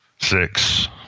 Six